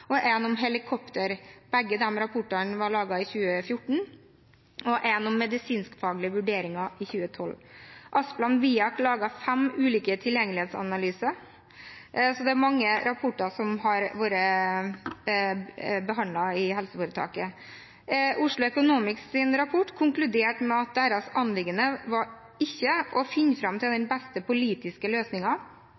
og en om helikopter – begge de rapportene var laget i 2014 – og en om medisinsk-faglige vurderinger i 2012. Asplan Viak laget fem ulike tilgjengelighetsanalyser, så det er mange rapporter som har vært behandlet i helseforetaket. Oslo Economics’ rapport konkluderte med at deres anliggende ikke var å finne fram til den beste politiske